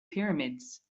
pyramids